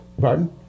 Pardon